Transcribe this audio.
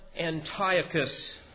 Antiochus